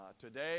today